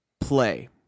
Play